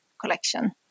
collection